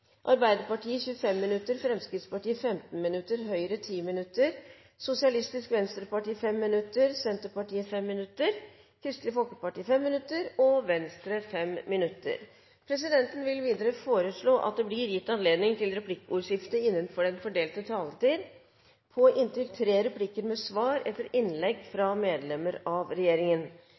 Arbeiderpartiet 25 minutter, Fremskrittspartiet 15 minutter, Høyre 10 minutter, Sosialistisk Venstreparti 5 minutter, Senterpartiet 5 minutter, Kristelig Folkeparti 5 minutter og Venstre 5 minutter. Videre vil presidenten foreslå at det blir gitt anledning til replikkordskifte på inntil tre replikker med svar etter innlegg fra medlemmer av regjeringen